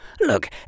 look